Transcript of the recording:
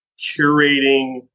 curating